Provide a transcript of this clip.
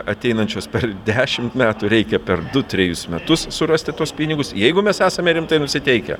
ateinančios per dešimt metų reikia per du trejus metus surasti tuos pinigus jeigu mes esame rimtai nusiteikę